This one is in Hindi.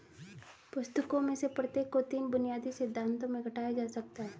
पुस्तकों में से प्रत्येक को तीन बुनियादी सिद्धांतों में घटाया जा सकता है